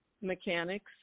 mechanics